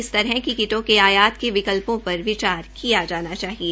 इस तरह की किटों का आयात के विकल्पों पर विचार किया जाना चाहिए